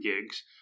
gigs